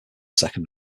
second